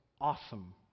awesome